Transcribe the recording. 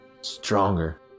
stronger